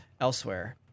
elsewhere –